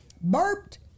burped